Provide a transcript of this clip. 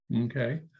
Okay